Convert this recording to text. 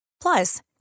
Plus